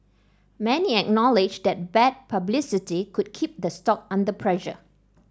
many acknowledge that bad publicity could keep the stock under pressure